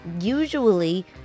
Usually